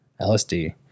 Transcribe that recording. LSD